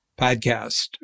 podcast